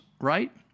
right